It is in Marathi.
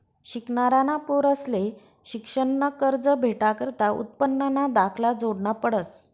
शिकनारा पोरंसले शिक्शननं कर्ज भेटाकरता उत्पन्नना दाखला जोडना पडस